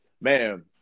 Man